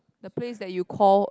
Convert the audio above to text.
the place that you call